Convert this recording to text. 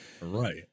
right